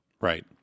Right